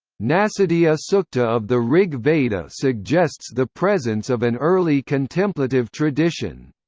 nasadiya sukta of the rig veda suggests the presence of an early contemplative tradition.